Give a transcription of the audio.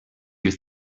you